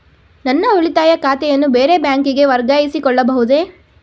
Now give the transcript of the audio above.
ನನ್ನ ಉಳಿತಾಯ ಖಾತೆಯನ್ನು ಬೇರೆ ಬ್ಯಾಂಕಿಗೆ ವರ್ಗಾಯಿಸಿಕೊಳ್ಳಬಹುದೇ?